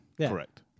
Correct